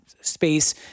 space